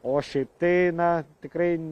o šiaip tai na tikrai